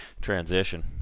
transition